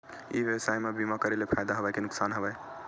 ई व्यवसाय म बीमा करे ले फ़ायदा हवय के नुकसान हवय?